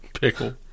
Pickle